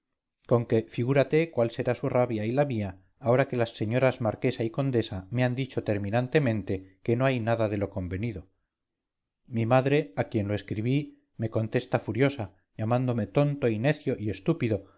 satisfecha conque figúrate cuál será su rabia y la mía ahora que las señoras marquesa y condesa me han dicho terminantemente que no hay nada de lo convenido mi madre a quien lo escribí me contesta furiosa llamándome tonto y necio y estúpido